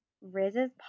Riz's